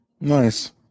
nice